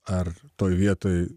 ar toj vietoj